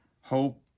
hope